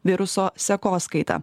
viruso sekoskaita